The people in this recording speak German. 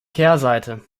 kehrseite